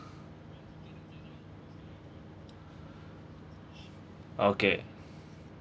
okay